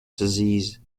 disease